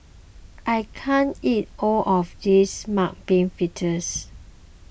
I can't eat all of this Mung Bean Fritters